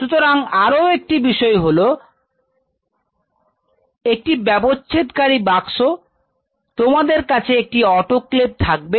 সুতরাং আরো একটি বিষয় হলো কাছে একটি ব্যবচ্ছেদ কারী বাক্স তোমাদের কাছে একটি অটোক্লেভ থাকবে